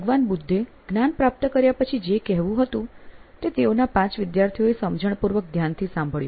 ભગવાન બુદ્ધે જ્ઞાન પ્રાપ્ત કર્યા પછી જે કહેવું હતું તે તેઓના પાંચ વિદ્યાર્થીઓએ સમજણપૂર્વક ધ્યાનથી સાંભળ્યું